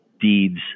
deeds